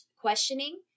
questioning